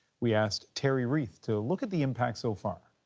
we asked terry reith to look at the impacts so far.